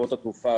חברות התעופה,